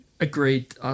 Agreed